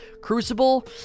Crucible